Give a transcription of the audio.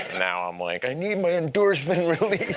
now i'm like, i need my endorphin release.